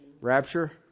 Rapture